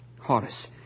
Horace